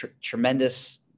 tremendous